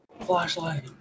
Flashlight